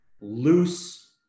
loose